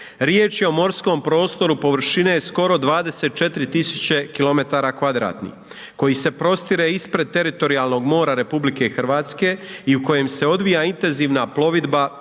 Riječ je o morskom prostoru površine skoro 24 tisuće kilometara kvadratnih koji se prostire ispred teritorijalnog mora Republike Hrvatske i u kojem se odvija intenzivna plovidba